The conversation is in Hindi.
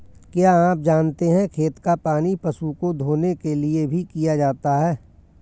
क्या आप जानते है खेत का पानी पशु को धोने के लिए भी किया जाता है?